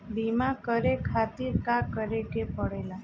बीमा करे खातिर का करे के पड़ेला?